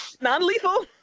Non-lethal